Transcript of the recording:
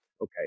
okay